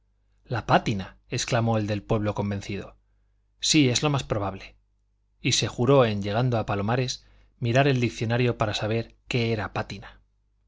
la pátina exclamó el del pueblo convencido sí es lo más probable y se juró en llegando a palomares mirar el diccionario para saber qué era pátina